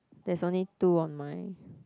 there's only two on my